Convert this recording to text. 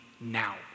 now